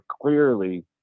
clearly